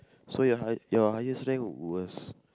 so your high your highest rank was